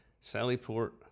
Sallyport